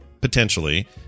potentially